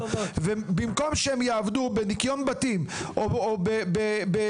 ובמקום שהם יעבדו בניקיון בתים או בגינון,